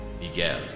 Miguel